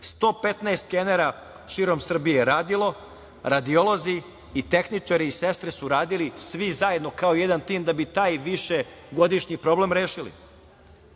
115 skenera širom Srbije je radilo, radiolozi, tehničari i sestre su radili svi zajedno kao jedan tim da bi taj višegodišnji problem rešili.